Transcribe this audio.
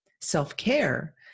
Self-care